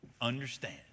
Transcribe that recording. understand